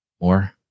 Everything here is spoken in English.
more